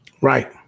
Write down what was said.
Right